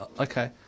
okay